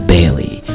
Bailey